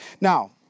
Now